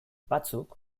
batzuk